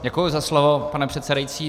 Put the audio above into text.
Děkuji za slovo, pane předsedající.